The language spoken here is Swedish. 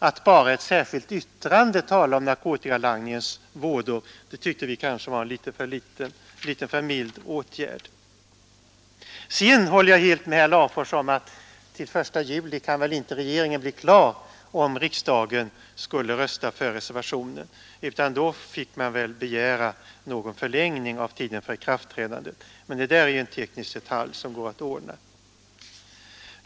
Att bara i ett särskilt yttrande tala om narkotikalangningens vådor, tyckte vi var en litet för mild åtgärd. Jag håller helt med herr Larfors om att regeringen inte kan bli klar till den 1 juli, om riksdagen skulle rösta för reservationen. Då fick man väl begära någon förlängning av tiden för ikraftträdandet. Men det där är en teknisk detalj som går att ordna.